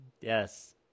Yes